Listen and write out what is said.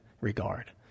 regard